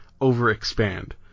over-expand